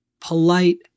polite